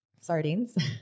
Sardines